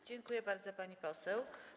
Dziękuję bardzo, pani poseł.